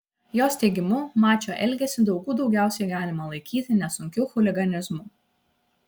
jos teigimu mačio elgesį daugių daugiausiai galima laikyti nesunkiu chuliganizmu